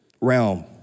realm